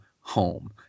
home